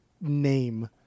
name